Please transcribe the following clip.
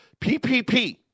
PPP